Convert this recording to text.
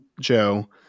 Joe